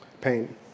pain